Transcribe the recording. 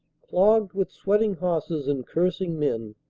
clogged with sweating horses and cursing men,